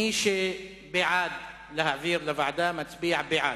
מי שבעד להעביר לוועדה, מצביע בעד.